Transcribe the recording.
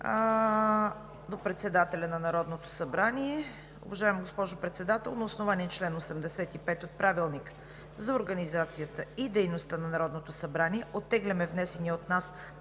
„До Председателя на Народното събрание: Уважаема госпожо Председател, на основание чл. 85 от Правилника за организацията и дейността на Народното събрание оттегляме внесения от нас